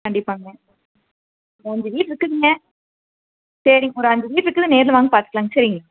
கண்டிப்பாக மேம் ஒரு அஞ்சு வீடு இருக்குதுங்க சரிங்க ஒரு அஞ்சு வீடு இருக்குது நேரில் வாங்க பார்த்துக்கலாங்க சரிங்க